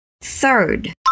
Third